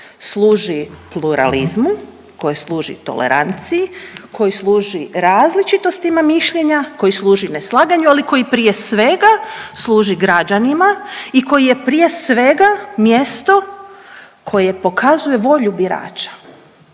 služi pluralizmu, koje služi toleranciji, koji služi različitostima mišljenja, koji služi neslaganju, ali koji prije svega, služi građanima i koji je prije svega, mjesto koje pokazuje volju birača.